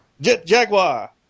Jaguar